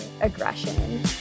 aggression